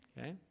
Okay